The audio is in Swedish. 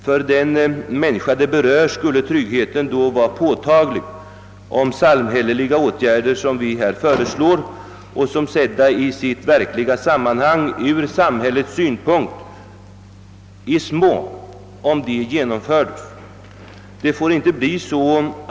För den människa det berör skulle tryggheten då vara påtaglig, om de samhälleliga åtgärder, som vi här föreslår och som, sedda i sitt verkliga sammanhang, ur samhällets synpunkt är små, genomfördes.